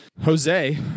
Jose